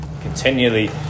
continually